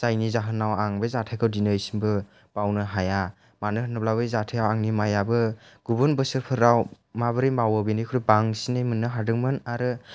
जायनि जाहोनाव आं बे जाथाइखौ दिनैसिमबो बावनो हाया मानो होनोब्ला बै जाथाइया आंनि माइयाबो गुबुन बोसोर फोराव माबोरै मावो बेनिख्रुइ बांसिनै मोननो हादोंमोन आरो